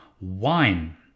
Wine